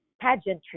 pageantry